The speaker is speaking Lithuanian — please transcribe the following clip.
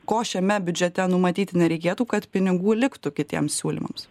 ko šiame biudžete numatyti nereikėtų kad pinigų liktų kitiems siūlymams